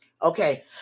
okay